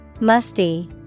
Musty